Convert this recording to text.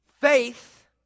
faith